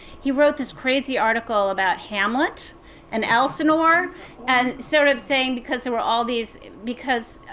he wrote this crazy article about hamlet and elsinore and sort of saying because there were all these because,